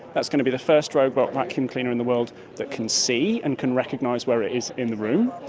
that's going to be the first robot vacuum cleaner in the world that can see and can recognise where it is in the room.